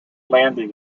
landing